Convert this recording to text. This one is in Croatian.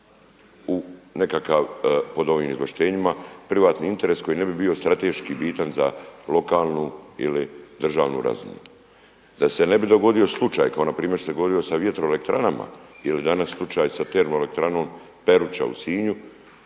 u nekakav pod ovim izvlaštenjima privatni interes koji ne bi bio strateški bitan za lokalnu ili državnu razinu. Da se ne bi dogodio slučaj kao npr. što se dogodio sa vjetroelektranama ili danas slučaj sa TE Peruča u Sinju